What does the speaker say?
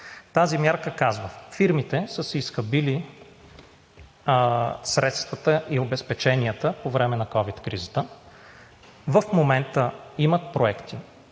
Тази мярка казва: фирмите са си изхабили средствата и обезпеченията по време на ковид кризата, в момента имат проекти,